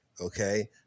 okay